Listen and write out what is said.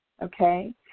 okay